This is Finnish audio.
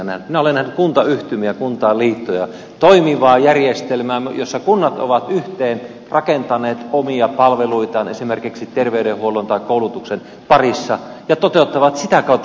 minä olen nähnyt kuntayhtymiä kuntainliittoja toimivaa järjestelmää jossa kunnat ovat yhteen rakentaneet omia palveluitaan esimerkiksi terveydenhuollon tai koulutuksen parissa ja toteuttavat sitä kautta päätöksentekoa